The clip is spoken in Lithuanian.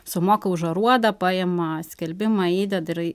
sumoka už aruodą paima skelbimą įdeda ir